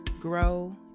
grow